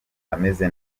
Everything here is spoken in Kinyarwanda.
ameze